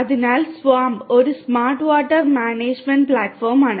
അതിനാൽ SWAMP ഒരു smart water management പ്ലാറ്റ്ഫോമാണ്